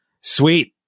sweet